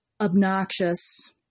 obnoxious